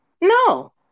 No